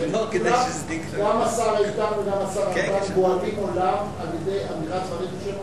גם השר איתן וגם השר ארדן גואלים עולם על-ידי אמירת דברים בשם אומרם.